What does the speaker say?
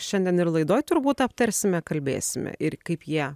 šiandien ir laidoj turbūt aptarsime kalbėsime ir kaip jie